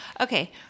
Okay